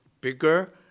bigger